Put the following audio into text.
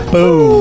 Boom